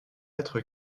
être